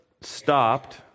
stopped